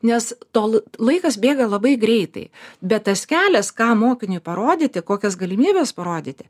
nes tol laikas bėga labai greitai bet tas kelias ką mokiniui parodyti kokias galimybes parodyti